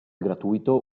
gratuito